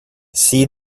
see